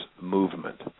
movement